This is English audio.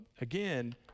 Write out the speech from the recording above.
again